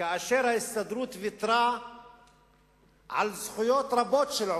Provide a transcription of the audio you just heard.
כאשר ההסתדרות ויתרה על זכויות רבות של עובדים.